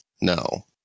no